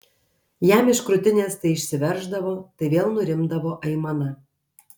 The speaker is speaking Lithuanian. jam iš krūtinės tai išsiverždavo tai vėl nurimdavo aimana